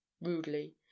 rudely